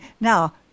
now